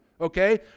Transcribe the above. Okay